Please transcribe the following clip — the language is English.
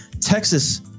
Texas